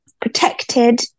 protected